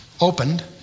opened